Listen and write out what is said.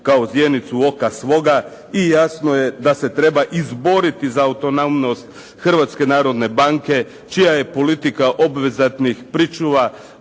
kao zjenicu oka svoga. I jasno je da se treba izboriti za autonomnost Hrvatske narodne banke čija je politika obvezatnih pričuva